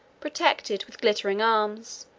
protected, with glittering arms,